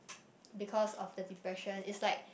because of the depression is like